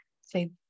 say